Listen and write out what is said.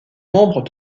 membre